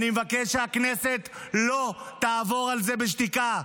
ואני מבקש שהכנסת לא תעבור על זה בשתיקה.